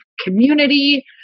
community